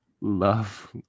love